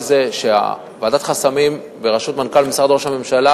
ועדת חסמים בראשות מנכ"ל משרד ראש הממשלה